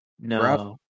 No